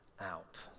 out